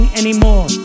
anymore